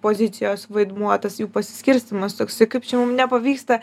pozicijos vaidmuo tas jų pasiskirstymas toksai kaip čia mum nepavyksta